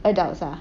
adults ah